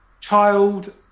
Child